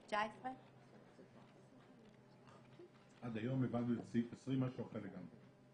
19. עד היום הבנו את סעיף 20 משהו אחר לגמרי.